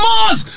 Mars